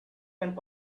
can